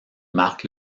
marque